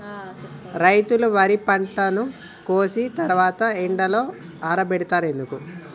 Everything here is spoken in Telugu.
రైతులు వరి పంటను కోసిన తర్వాత ఎండలో ఆరబెడుతరు ఎందుకు?